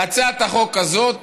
בהצעת החוק הזאת